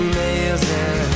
Amazing